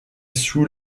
sous